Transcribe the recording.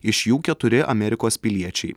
iš jų keturi amerikos piliečiai